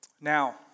Now